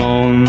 on